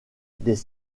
des